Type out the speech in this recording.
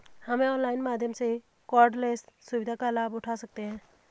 हम ऑनलाइन माध्यम से कॉर्डलेस सुविधा का लाभ उठा सकते हैं